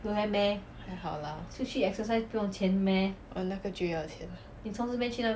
还好 lah oh 那个就要钱 lah